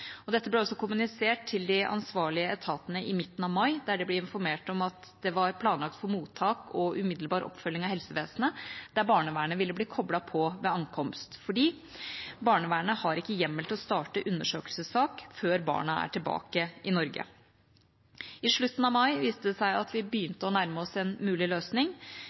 helsehjelp. Dette ble også kommunisert til de ansvarlige etatene i midten av mai, da de ble informert om at det var planlagt for mottak og umiddelbar oppfølging av helsevesenet der barnevernet ville bli koblet på ved ankomst, fordi barnevernet ikke har hjemmel til å starte undersøkelsessak før barna er tilbake i Norge. I slutten av mai viste det seg at vi begynte å nærme oss en mulig løsning.